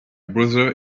brother